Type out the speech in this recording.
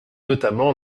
notamment